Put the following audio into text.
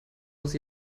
muss